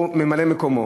או ממלא-מקומו.